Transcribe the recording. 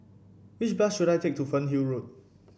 which bus should I take to Fernhill Road